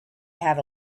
had